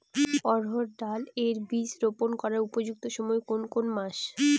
অড়হড় ডাল এর বীজ রোপন করার উপযুক্ত সময় কোন কোন মাস?